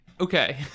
Okay